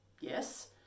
Yes